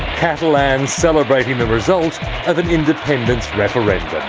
catalan celebrating the result of an independence referendum.